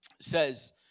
says